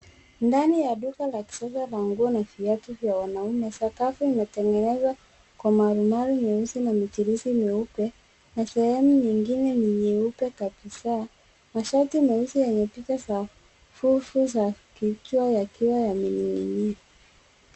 Ndani ya duka ya kisasa la nguo na viatu vya kiume. Sakafu imetengenezwa kwa malimali nyeusi na michirizi myeupe, na sehemu nyingine ni nyeupe kabisa. Mashati meusi yenye picha za fufu za kikia yakiwa yamening'inia .